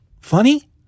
funny